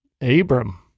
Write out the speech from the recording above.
Abram